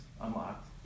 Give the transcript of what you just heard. unlocked